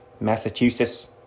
Massachusetts